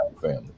family